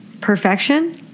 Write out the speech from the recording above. perfection